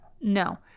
No